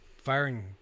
firing